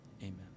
amen